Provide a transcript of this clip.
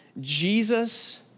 Jesus